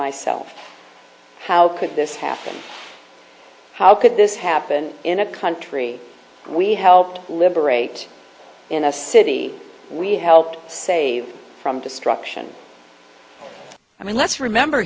myself how could this happen how could this happen in a country we helped liberate in a city we helped save from destruction i mean let's remember